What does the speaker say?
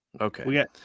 Okay